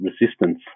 resistance